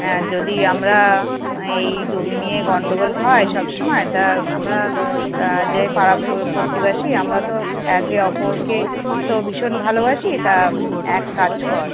হ্যাঁ যদি আমরা এই জমি নিয়ে গন্ডগোল হয় সব সময় তা আমরা যেই পাড়া ও প্রতিবেশী আমরা তো একে অপরকে তো ভীষণ ভালোবাসি তা এক কাজ কর